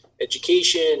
education